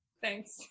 Thanks